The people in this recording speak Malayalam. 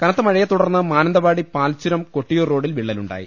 കനത്ത മഴയെ തുടർന്ന് മാനന്തവാടി പാൽചുരം കൊട്ടിയൂർ റോഡിൽ വിള്ളലുണ്ടായി